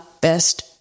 best